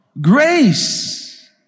Grace